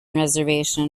reservation